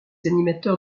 animateurs